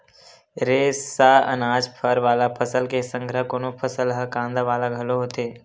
रेसा, अनाज, फर वाला फसल के संघरा कोनो फसल ह कांदा वाला घलो होथे